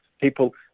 People